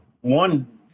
one